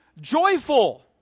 joyful